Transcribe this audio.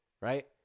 right